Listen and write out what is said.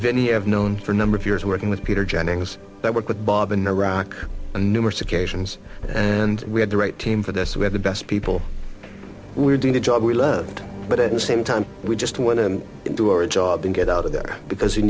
vinnie i've known for a number of years working with peter jennings that worked with bob in iraq and numerous occasions and we had the right team for this we had the best people were doing the job we learned but at the same time we just want to do our job and get out of there because he